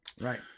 Right